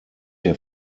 der